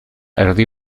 erdi